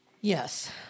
Yes